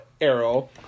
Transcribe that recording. arrow